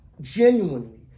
genuinely